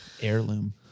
heirloom